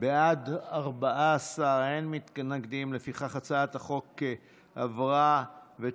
להעביר את הצעת חוק הספורט (תיקון,